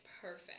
perfect